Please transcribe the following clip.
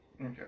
Okay